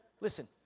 Listen